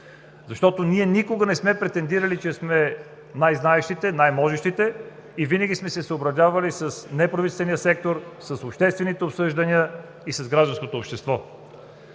Защото ние никога не сме претендирали, че сме най-знаещите, най-можещите и винаги сме се съобразявали с неправителствения сектор, с обществените обсъждания и с гражданското общество.